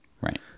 Right